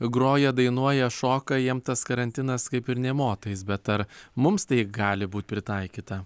groja dainuoja šoka jiem tas karantinas kaip ir nė motais bet ar mums tai gali būt pritaikyta